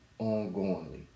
ongoingly